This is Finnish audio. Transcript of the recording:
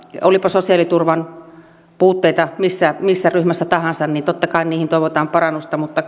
olipa sosiaaliturvan puutteita missä missä ryhmässä tahansa niin totta kai niihin toivotaan parannusta mutta